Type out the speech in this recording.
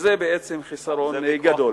וזה בעצם חיסרון די גדול.